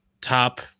top